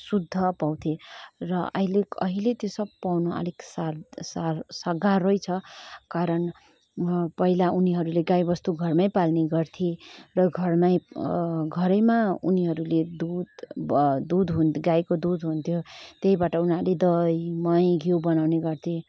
शुद्ध पाउँथेँ र आहिले आहिले त्यो सब पाउँथे अलिक गाह्रै छ कारण पहिला उनीहरूले गाईबस्तु घरमै पाल्ने गर्थ्ये र घरमै घरैमा उनीहरूले दुध दुध हुन गाईको दुध हुन्थ्यो त्यहीबाट उनीहरले दही मही घिउ बनाउने गर्थे